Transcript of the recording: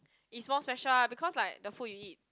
is more special ah because like the food you eat